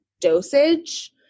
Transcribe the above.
dosage